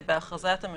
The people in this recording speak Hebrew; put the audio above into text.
אז בזה אני מבקשת לדבר.